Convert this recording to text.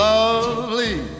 Lovely